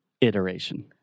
Iteration